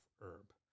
herb